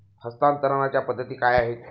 हस्तांतरणाच्या पद्धती काय आहेत?